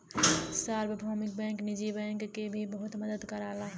सार्वभौमिक बैंक निजी बैंक के भी बहुत मदद करला